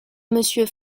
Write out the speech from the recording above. monsieur